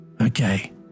Okay